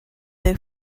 they